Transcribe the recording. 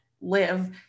live